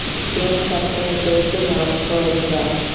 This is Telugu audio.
లోన్ కట్టే డేటు మార్చుకోవచ్చా?